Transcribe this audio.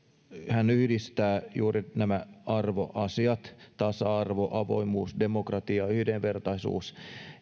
pohjoismaitahan yhdistävät juuri nämä arvoasiat tasa arvo avoimuus demokratia yhdenvertaisuus